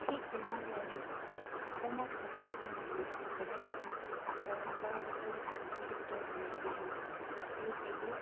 ঠিক তেনেধৰণে অসমত থকা অসমীয়া লোকসকলে পৰম্পৰাগত নৃত্য যেনে বিহু সেই বিহু